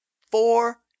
Four